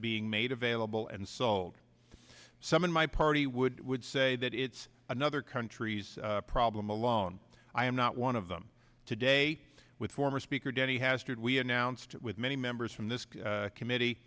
being made available and sold some in my party would would say that it's another country's problem alone i am not one of them today with former speaker denny hastert we announced it with many members from this committee